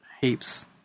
heaps